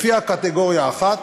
לפי הקטגוריה הראשונה,